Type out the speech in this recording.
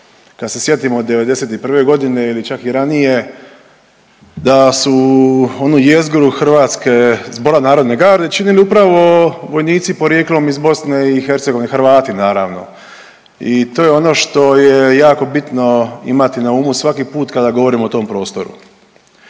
kad se sjetimo '91.g. ili čak i ranije da su onu jezgru ZNG činili upravo vojnici porijeklom iz BiH, Hrvati naravno i to je ono što je jako bitno imati na umu svaki put kada govorimo o tom prostoru.